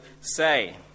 say